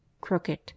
Crooked